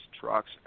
trucks